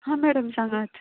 हां मॅडम सांगात